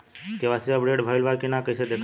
KYC update भइल बा कि ना कइसे देखल जाइ?